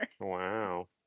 Wow